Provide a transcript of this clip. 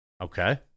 Okay